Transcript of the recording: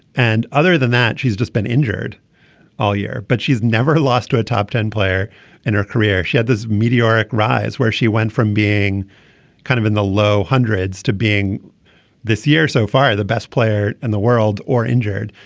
and other than that she's just been injured all year but she's never lost to a top ten player in her career. she had this meteoric rise where she went from being kind of in the low hundreds to being this year so far the best player in the world or injured.